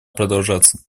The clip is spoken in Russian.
продолжаться